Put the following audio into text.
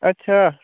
अच्छा